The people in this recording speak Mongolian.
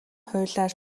хуулиар